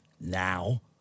now